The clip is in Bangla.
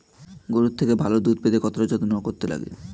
গরুর থেকে ভালো দুধ পেতে কতটা যত্ন করতে লাগে